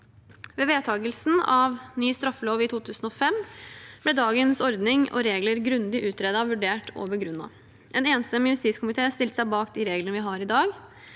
Ved vedtakelsen av ny straffelov i 2005 ble dagens ordning og regler grundig utredet, vurdert og begrunnet. En enstemmig justiskomité stilte seg bak de reglene vi har i dag.